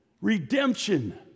redemption